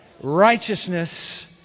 righteousness